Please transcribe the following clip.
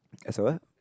as a what